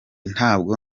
ntabwo